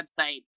website